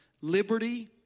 liberty